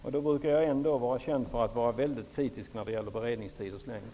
Jag brukar ändå vara känd för att vara kritisk i fråga om beredningstiders längd.